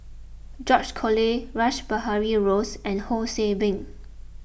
George Collyer Rash Behari Bose and Ho See Beng